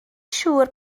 siŵr